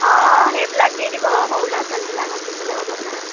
অঁ অঁ সেইবিলাক দি দিব আকৌ সৰু ল'ৰা ছোৱালীবিলাকক দিবলৈ হ'ব নহয়